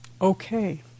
okay